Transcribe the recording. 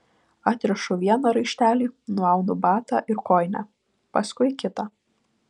atrišu vieną raištelį nuaunu batą ir kojinę paskui kitą